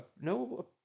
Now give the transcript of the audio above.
no